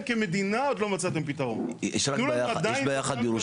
אנחנו לא צריכים לעבוד כמו גנבים בלילה,